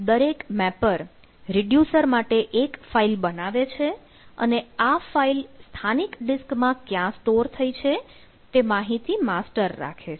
દરેક mapper reducer માટે એક ફાઈલ બનાવે છે અને આ ફાઇલ સ્થાનિક ડિસ્ક માં ક્યાં સ્ટોર થઇ છે તે માહિતી માસ્ટર રાખે છે